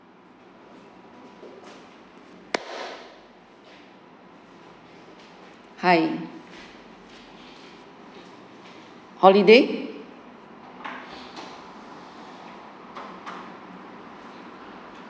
hi holiday